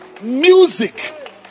music